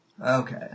Okay